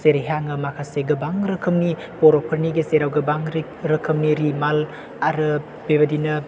जेरैहाय आङो माखासे गोबां रोखोमनि बर'फोरनि गेजेराव गोबां रोखोमनि रिमाल आरो बेबायदिनो